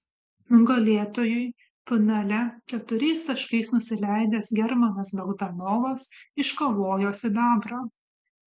nugalėtojui finale keturiais taškais nusileidęs germanas bogdanovas iškovojo sidabrą